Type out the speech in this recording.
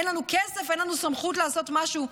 אין לנו כסף, אין לנו סמכות לעשות משהו.